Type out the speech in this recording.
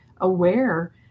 aware